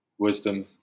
wisdom